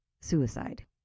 suicide